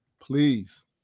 please